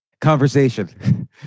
conversation